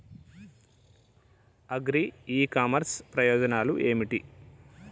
Agri e commerce ప్రయోజనాలు ఏమిటి?